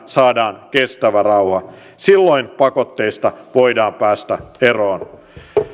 saadaan kestävä rauha silloin pakotteista voidaan päästä eroon